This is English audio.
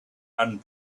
and